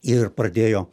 ir pradėjo